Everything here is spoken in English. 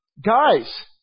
guys